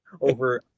over